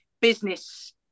business